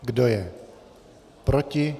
Kdo je proti?